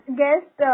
guest